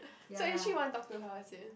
so actually you want to talk to her is it